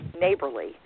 Neighborly